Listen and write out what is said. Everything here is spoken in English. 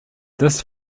this